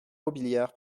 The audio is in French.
robiliard